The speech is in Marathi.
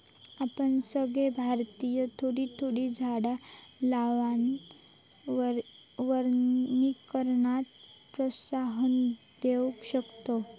आपण सगळे भारतीय थोडी थोडी झाडा लावान वनीकरणाक प्रोत्साहन देव शकतव